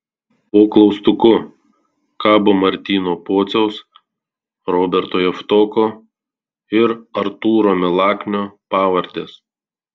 po klaustuku kabo martyno pociaus roberto javtoko ir artūro milaknio pavardės